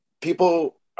people